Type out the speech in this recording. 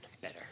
better